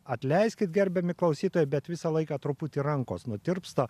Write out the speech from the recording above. atleiskit gerbiami klausytojai bet visą laiką truputį rankos nutirpsta